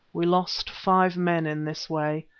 we lost five men in this way,